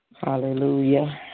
hallelujah